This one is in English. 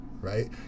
right